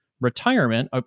retirement